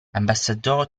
ambassador